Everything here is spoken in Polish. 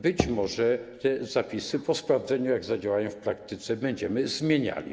Być może te zapisy po sprawdzeniu, jak zadziałają w praktyce, będziemy zmieniali.